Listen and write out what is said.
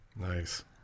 Nice